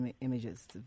images